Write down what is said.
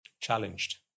challenged